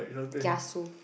kiasu